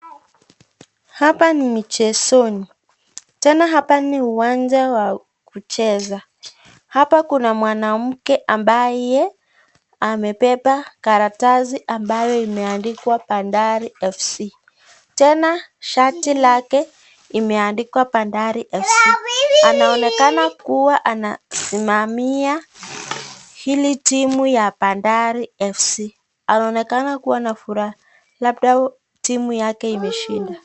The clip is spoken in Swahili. Hapa ni mchezoni tena hapa ni uwanja wa kucheza , hapa Kuna mwanamke ambaye amepepa karatasi ambaye imeandikwa bandare FC , tena shati lake imeandikwa bandare FC anaonekana kuwa anasimamaa hili timu ya bandare FC anaonekana kuwa na furaha labda timu yake imeshinda.